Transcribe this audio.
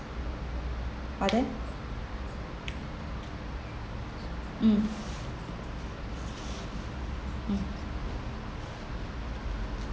pardon hmm hmm